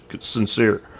sincere